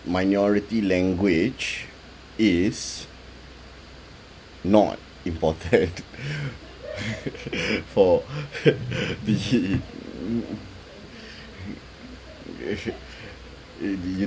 minority language is not important for the the